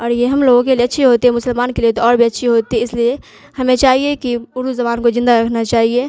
اور یہ ہم لوگوں کے لیے اچھی ہوتی ہے مسلمان کے لیے تو اور بھی اچھی ہوتی ہے اس لیے ہمیں چاہیے کہ اردو زبان کو زندہ رکھنا چاہیے